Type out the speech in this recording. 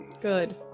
Good